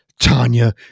Tanya